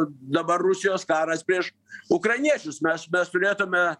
dabar rusijos karas prieš ukrainiečius mes mes turėtume